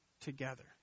together